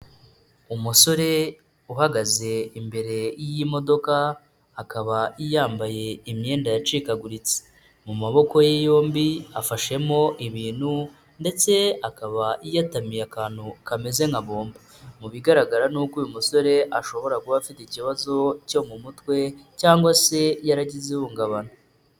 Umusore uhagaze imbere y'imodoka akaba yambaye imyenda yacikaguritse, mu maboko ye yombi afashemo ibintu ndetse akaba yatamiye akantu kameze nka bombo mu bigaragara ni uko uyu musore ashobora kuba afite ikibazo cyo mu mutwe cyangwa se yaragize ihungabana.